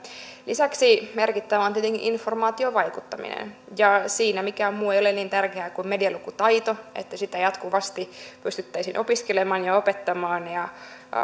lisäksi merkittävää on tietenkin informaatiovaikuttaminen ja siinä ei mikään muu ole niin tärkeää kuin medialukutaito että sitä jatkuvasti pystyttäisiin opiskelemaan ja opettamaan